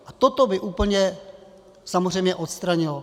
A toto by úplně samozřejmě odstranilo.